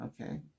Okay